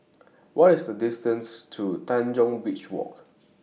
What IS The distance to Tanjong Beach Walk